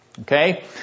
Okay